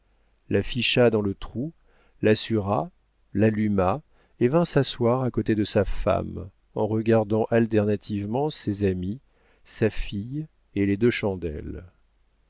la ficha dans le trou l'assura l'alluma et vint s'asseoir à côté de sa femme en regardant alternativement ses amis sa fille et les deux chandelles